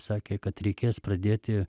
sakė kad reikės pradėti